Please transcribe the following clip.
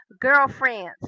Girlfriends